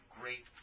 great